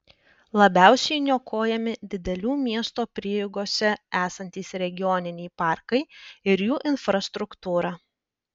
labiausiai niokojami didelių miesto prieigose esantys regioniniai parkai ir jų infrastruktūra